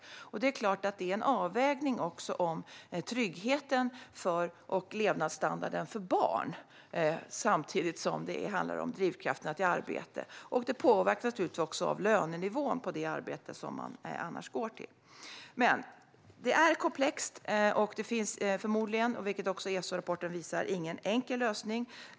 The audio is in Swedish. Samtidigt som det handlar om drivkrafterna till arbete är det även en avvägning som innefattar tryggheten och levnadsstandarden för barn. Det påverkas naturligtvis också av lönenivån på det arbete som man annars går till. Detta är komplext, och det finns förmodligen ingen enkel lösning, vilket också ESO-rapporten visar.